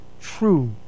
true